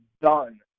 done